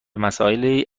مسائل